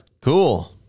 Cool